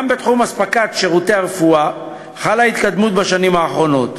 גם בתחום אספקת שירותי הרפואה חלה התקדמות בשנים האחרונות.